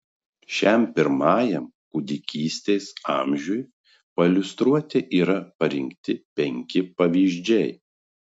šiam pirmajam kūdikystės amžiui pailiustruoti yra parinkti penki pavyzdžiai